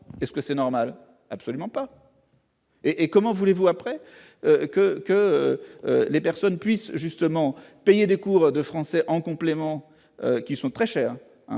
est-ce que c'est normal, absolument pas. Et comment voulez-vous après que que les personnes puissent justement payer des cours de français en complément, qui sont très chers